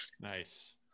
Nice